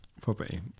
property